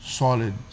solid